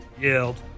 yelled